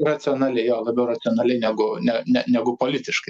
racionaliai jo labiau racionaliai negu ne negu politiškai